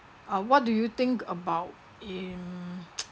uh what do you think about in